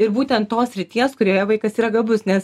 ir būtent tos srities kurioje vaikas yra gabus nes